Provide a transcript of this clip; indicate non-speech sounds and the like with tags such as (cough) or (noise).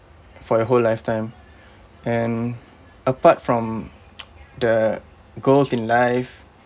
for your whole lifetime and apart from (noise) the goals in life